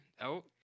out